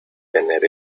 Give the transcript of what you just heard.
tener